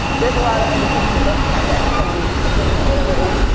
there's a lot of other people who don't have that same thing or whatever it was.